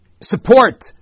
support